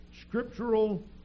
scriptural